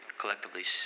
collectively